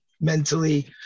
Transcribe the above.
mentally